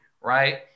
right